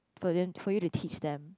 for you for you to teach them